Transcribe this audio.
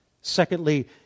Secondly